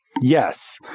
Yes